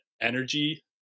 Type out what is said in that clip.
energy